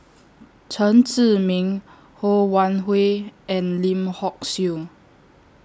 Chen Zhiming Ho Wan Hui and Lim Hock Siew